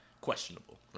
questionable